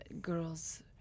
Girls